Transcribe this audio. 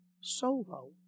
solo